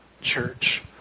church